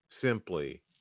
simply